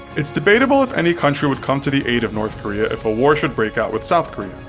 it's debatable if any country would come to the aid of north korea if a war should breakout with south korea.